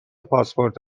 پاسپورت